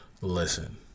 Listen